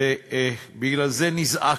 בגלל זה נזעקנו,